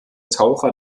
taucher